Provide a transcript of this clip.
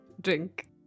Drink